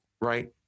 right